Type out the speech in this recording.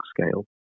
scale